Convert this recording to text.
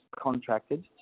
contracted